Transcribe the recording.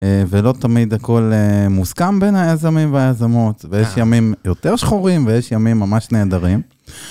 ולא תמיד הכל מוסכם בין היזמים והיזמות ויש ימים יותר שחורים ויש ימים ממש נהדרים.